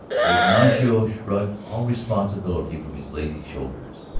ignacio shrugged all responsibility from his lazy shoulders.